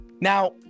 now